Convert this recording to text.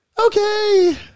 okay